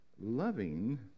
loving